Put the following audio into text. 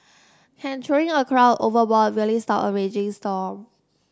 can throwing a crown overboard really stop a raging storm